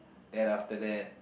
then after that